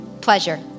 pleasure